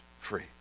free